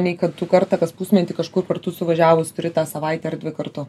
nei kartu kartą kas pusmetį kažkur kartu suvažiavus turi tą savaitę ar dvi kartu